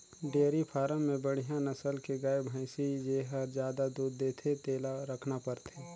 dairy farm में बड़िहा नसल के गाय, भइसी जेहर जादा दूद देथे तेला रखना परथे